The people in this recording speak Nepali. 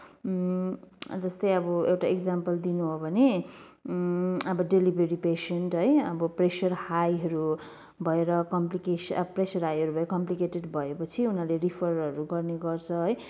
जस्तै अब एउटा एक्जाम्पल दिनु हो भने अब डेलिभेरी पेसेन्ट है प्रेसर हाइहरू भएर कम्प्लिकेस प्रेसर हाइहरू भएर कम्प्लिकेटेड भए पछि उनीहरूले रिफरहरू गर्ने गर्छ है